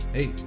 Hey